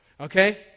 Okay